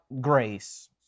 grace